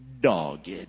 dogged